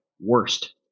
worst